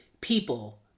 people